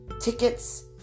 tickets